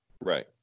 Right